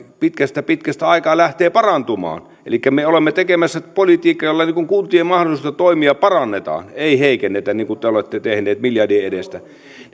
pitkästä pitkästä aikaa lähtee parantumaan elikkä me olemme tekemässä politiikkaa jolla kuntien mahdollisuutta toimia parannetaan ei heikennetä niin kuin te olette tehneet miljardien edestä